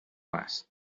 هست